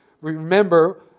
remember